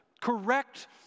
Correct